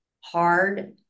hard